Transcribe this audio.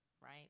right